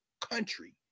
country